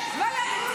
אללה.